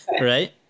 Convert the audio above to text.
Right